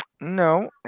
No